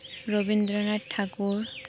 Rabindranath Thakur